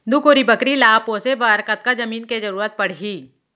दू कोरी बकरी ला पोसे बर कतका जमीन के जरूरत पढही?